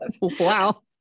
Wow